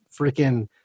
freaking